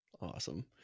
Awesome